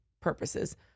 purposes